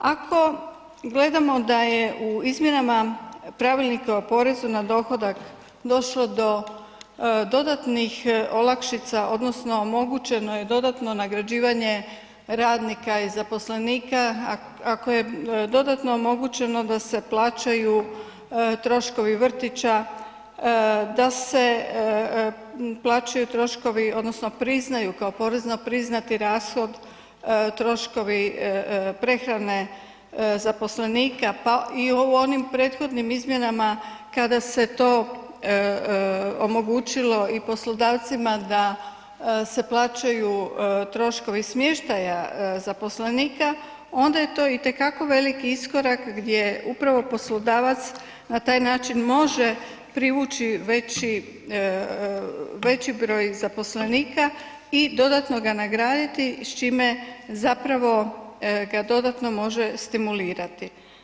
Ako gledamo da je u izmjenama Pravilnika o porezu na dohodak došlo do dodatnih olakšica odnosno omogućeno je dodatno nagrađivanje radnika i zaposlenika, ako je dodatno omogućeno da se plaćaju troškovi vrtića, da se plaćaju troškovi odnosno priznaju kao porezno priznati rashod troškovi prehrane zaposlenika, pa i u onim prethodnim izmjenama kada se to omogućilo i poslodavcima da se plaćaju troškovi smještaja zaposlenika onda je to itekako veliki iskorak gdje upravo poslodavac na taj način može privući veći broj zaposlenika i dodatno ga nagraditi, s čime zapravo ga dodatno može stimulirati.